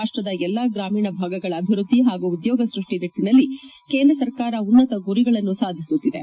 ರಾಷ್ಟದ ಎಲ್ಲಾ ಗ್ರಾಮೀಣ ಭಾಗಗಳ ಅಭಿವೃದ್ದಿ ಹಾಗೂ ಉದ್ಯೋಗ ಸೃಷ್ಟಿ ನಿಟ್ಟನಲ್ಲಿ ಕೇಂದ್ರ ಸರ್ಕಾರ ಉನ್ನತ ಗುರಿಗಳನ್ನು ಸಾಧಿಸುತ್ತಿದೆ